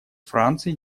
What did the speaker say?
франции